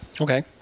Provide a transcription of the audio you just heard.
Okay